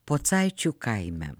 pocaičių kaime